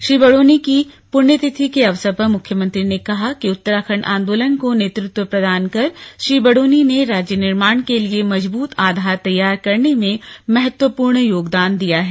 श्री बड़ोनी की पुण्यतिथि के अवसर पर मुख्यमंत्री ने कहा कि उत्तराखण्ड आंदोलन को नेतृत्व प्रदान कर श्री बडोनी ने राज्य निर्माण के लिये मजबूत आधार तैयार करने में महत्वपूर्ण योगदान दिया है